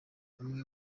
bamwe